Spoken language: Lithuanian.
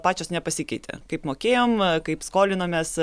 pačios nepasikeitė kaip mokėjom kaip skolinomės